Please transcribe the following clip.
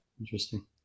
interesting